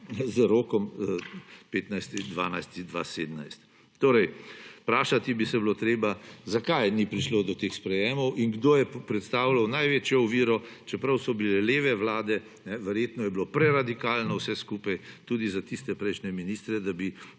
z rokom 15. 12. 2017. Torej, vprašati bi se bilo treba, zakaj ni prišlo do teh sprejemov in kdo je predstavljal največjo oviro, čeprav so bile leve vlade, verjetno je bilo preradikalno vse skupaj tudi za tiste prejšnje ministre, da bi